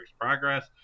progress